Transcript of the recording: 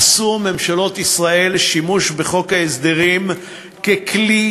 עשו ממשלות ישראל שימוש בחוק ההסדרים ככלי